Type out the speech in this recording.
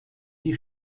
die